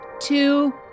two